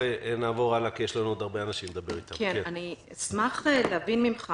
אני אשמח להבין ממך